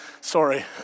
sorry